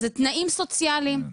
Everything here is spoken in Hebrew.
זה תנאים סוציאליים,